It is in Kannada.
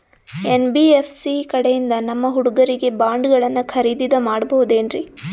ಎನ್.ಬಿ.ಎಫ್.ಸಿ ಕಡೆಯಿಂದ ನಮ್ಮ ಹುಡುಗರಿಗೆ ಬಾಂಡ್ ಗಳನ್ನು ಖರೀದಿದ ಮಾಡಬಹುದೇನ್ರಿ?